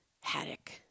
Haddock